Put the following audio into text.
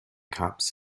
cups